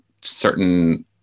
certain